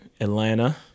Atlanta